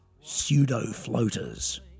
pseudo-floaters